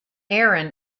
aaron